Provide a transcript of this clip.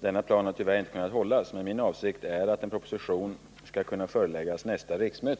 Denna plan har tyvärr inte kunnat hållas, men min avsikt är att en proposition skall kunna föreläggas nästa riksmöte.